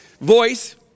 voice